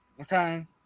okay